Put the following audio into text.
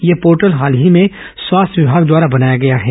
यह पोर्टल हाल ही में स्वास्थ्य विभाग द्वारा बनाया गया है